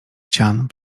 ścian